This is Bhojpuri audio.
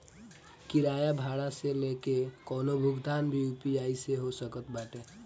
किराया भाड़ा से लेके कवनो भुगतान भी यू.पी.आई से हो सकत बाटे